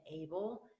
able